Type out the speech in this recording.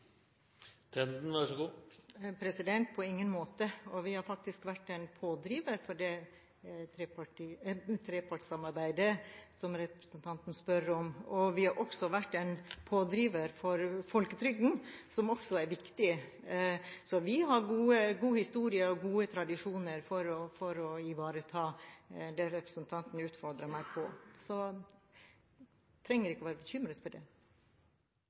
På ingen måte – og vi har faktisk vært en pådriver for det trepartssamarbeidet som representanten spør om. Vi har også vært en pådriver for folketrygden, som også er viktig. Vi har god historie og gode tradisjoner for å ivareta det representanten utfordrer meg på, så han trenger ikke å være bekymret for det.